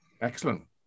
Excellent